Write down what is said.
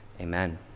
Amen